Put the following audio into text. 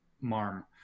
marm